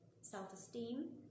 self-esteem